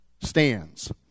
stands